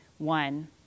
One